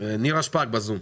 נירה שפק, בזום.